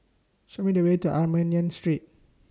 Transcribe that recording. Show Me The Way to Armenian Street